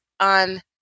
on